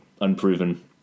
unproven